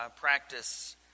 practice